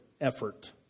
effort